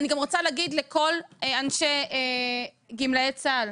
אני גם רוצה להגיד לכל אנשי גמלאי צה"ל,